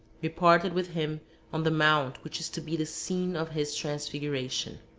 we parted with him on the mount which is to be the scene of his transfiguration.